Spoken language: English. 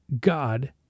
God